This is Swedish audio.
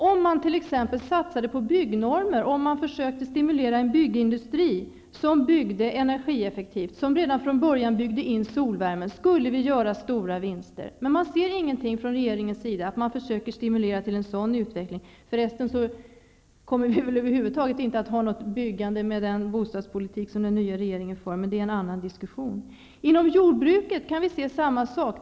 Om man t.ex. satsade på byggnormer och försökte stimulera en byggindustri som byggde energieffektivt och redan från början byggde in solvärmen, skulle vi göra stora vinster. Men jag kan inte se att regeringen försöker stimulera till en sådan utveckling. Förresten kommer vi väl över huvud taget inte att ha något byggande med den bostadspolitik som den nya regeringen för, men det är en annan fråga. Vi kan se samma sak inom jordbruket.